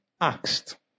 asked